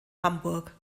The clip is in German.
hamburg